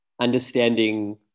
understanding